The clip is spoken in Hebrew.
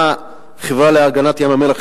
מה החברה להגנות ים-המלח,